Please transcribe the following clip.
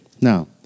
now